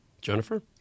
Jennifer